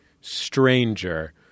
stranger